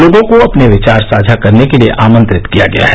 लोगों को अपने विचार साझा करने के लिए आंमत्रित किया गया है